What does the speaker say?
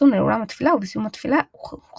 ונאמר כי יש בו סגולה לזיכרון תלמודו,